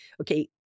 Okay